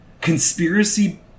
conspiracy